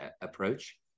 approach